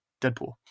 Deadpool